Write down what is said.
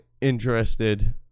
interested